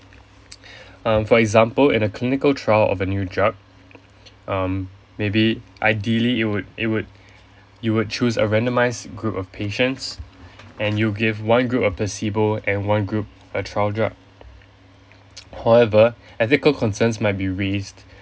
um for example in a clinical trial of a new drug um maybe ideally you would you would you would choose a randomise group of patients and you give one group a placebo and one group a trial drug however ethical concerns might be raised